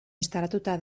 instalatuta